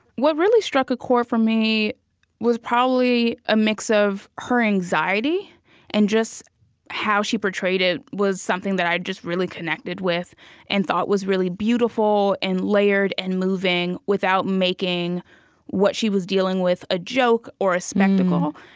what really struck a chord for me was probably a mix of her anxiety and just how she portrayed it was something that i really connected with and thought was really beautiful and layered and moving, without making what she was dealing with a joke or a spectacle.